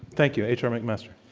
thank you. h. r. mcmaster?